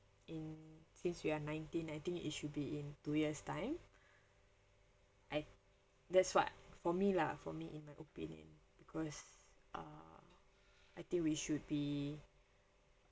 in since you are nineteen I think it should be in two years' time I that's what for me lah for me in my opinion because uh I think we should be